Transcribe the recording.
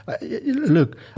Look